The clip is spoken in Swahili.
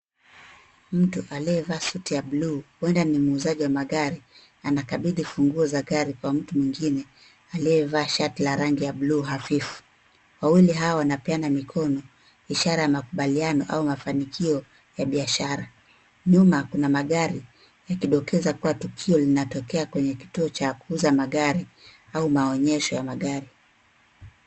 Mtu aliyevaa suti ya buluu, huenda ni muuzaji wa magari anakabidhi funguo za gari kwa mtu mwingine aliyevaa shati la rangi la buluu hafifu. Wawili hao wanapeana mikono ishara ya makubaliano au mafanikio ya biashara. Nyuma kuna magari yakidokeza kuwa tukio linatokea kwenye kituo cha kuuza magari au maonyesho ya magari.